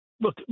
Look